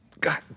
God